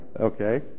Okay